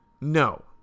no